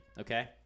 Okay